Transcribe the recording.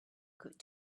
good